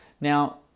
now